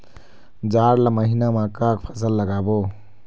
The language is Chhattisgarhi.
जाड़ ला महीना म का फसल लगाबो?